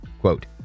Quote